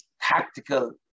tactical